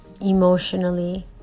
emotionally